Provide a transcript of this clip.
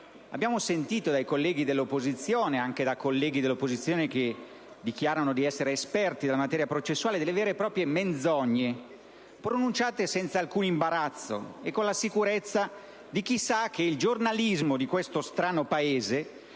Abbiamo sentito dai colleghi dell'opposizione, anche da colleghi che dichiarano di essere esperti della materia processuale, delle vere e proprie menzogne, pronunciate senza alcun imbarazzo e con la sicurezza di chi sa che il giornalismo di questo strano Paese